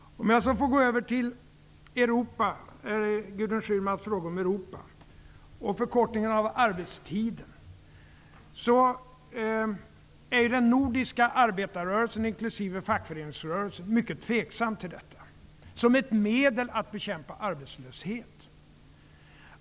Jag skall så gå över till Gudrun Schymans fråga om förkortningen av arbetstiden. Den nordiska arbetarrörelsen, inklusive fackföreningsrörelsen, är mycket tveksam till det som ett medel att bekämpa arbetslöshet.